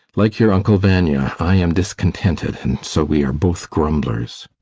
like your uncle vanya, i am discontented, and so we are both grumblers.